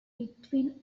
between